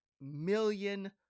million